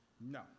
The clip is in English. No